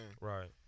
Right